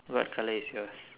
what colour is yours